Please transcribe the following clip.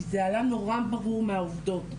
כי זה היה נורא ברור מהעובדות.